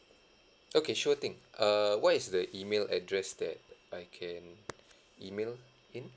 okay sure thing err what is the email address that I can email in